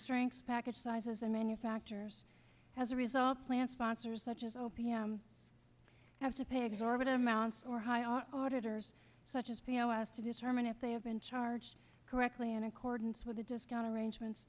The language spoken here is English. strengths package sizes and manufacturers as a result plan sponsors such as o p m have to pay exorbitant amounts or why are auditors such as pos to determine if they have been charged correctly in accordance with the discount arrangements